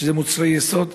שזה מוצרי יסוד,